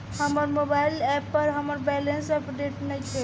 हमर mobile app पर हमर बैलेंस अपडेट नइखे